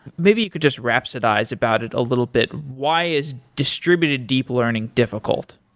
maybe you could just rhapsodize about it a little bit, why is distributed deep learning difficult?